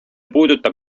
puudutab